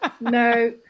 No